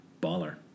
Baller